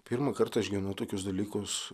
pirmą kartą išgyvenu tokius dalykus